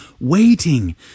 waiting